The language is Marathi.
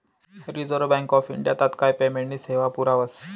रिझर्व्ह बँक ऑफ इंडिया तात्काय पेमेंटनी सेवा पुरावस